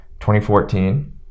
2014